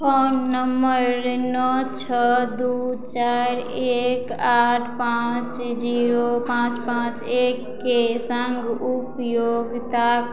phone number नओ छओ दू चारि एक आठ पाँच जीरो पाँच पाँच एकके संग उपयोगता